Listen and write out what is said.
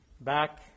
back